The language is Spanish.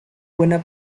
buena